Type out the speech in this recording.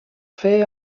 fer